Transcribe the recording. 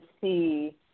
see